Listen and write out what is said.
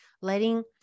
letting